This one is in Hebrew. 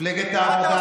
מפלגת העבודה,